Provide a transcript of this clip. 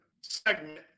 segment